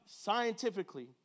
scientifically